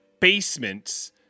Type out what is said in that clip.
basements